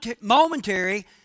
momentary